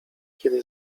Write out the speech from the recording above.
kiedy